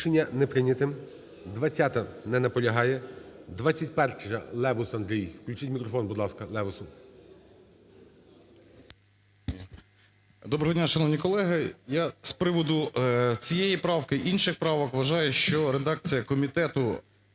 Доброго дня, шановні колеги. Я з приводу цієї правки, інших правок. Вважаю, що редакція комітету